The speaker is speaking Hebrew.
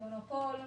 היא מונופול,